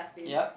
yup